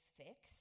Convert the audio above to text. fix